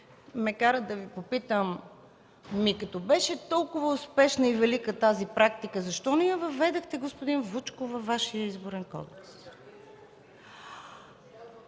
ме карат да Ви попитам: като беше толкова успешна и велика тази практика, защо не я въведохте, господин Вучков, във Вашия Изборен кодекс?